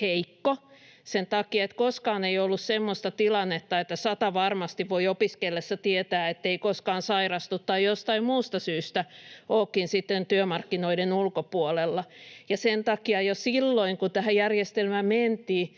heikko sen takia, että koskaan ei ollut semmoista tilannetta, että satavarmasti voi opiskellessaan tietää, ettei koskaan sairastu tai jostain muusta syystä olekin sitten työmarkkinoiden ulkopuolella. Ja sen takia jo silloin, kun tähän järjestelmään mentiin,